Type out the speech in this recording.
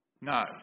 No